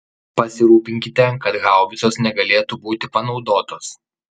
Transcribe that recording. pasirūpinkite kad haubicos negalėtų būti panaudotos